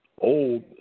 old